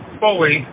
fully